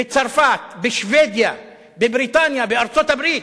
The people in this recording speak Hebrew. בצרפת, בשבדיה, בבריטניה, בארצות-הברית,